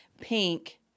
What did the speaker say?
pink